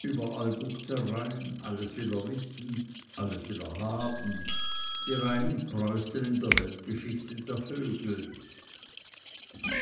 überall guckt er rein alles will er wissen alles will er haben die reinen preußen in der weltgeschichte der vögel